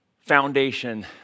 foundation